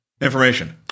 Information